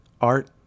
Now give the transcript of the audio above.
Art